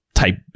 Type